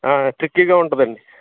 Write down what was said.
ట్రిక్కీగా ఉంటుందండి